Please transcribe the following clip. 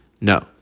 no